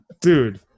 Dude